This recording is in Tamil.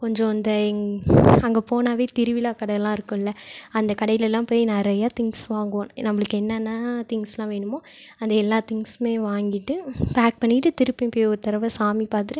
கொஞ்சம் இந்த அங்கே போனாவே திருவிழா கடைலாம் இருக்கும்ல அந்த கடையிலெலாம் போய் நிறையா திங்க்ஸ் வாங்குவோம் நம்மளுக்கு என்னென்ன திங்க்ஸ்லாம் வேணுமோ அந்த எல்லா திங்க்ஸுமே வாங்கிட்டு பேக் பண்ணிகிட்டு திருப்பியும் போய் ஒரு தடவை சாமி பார்த்துட்டு